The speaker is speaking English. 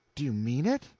do you mean it?